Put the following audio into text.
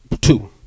Two